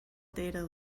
data